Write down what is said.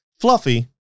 Fluffy